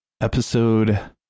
episode